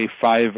five